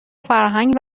فرهنگ